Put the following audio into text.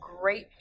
great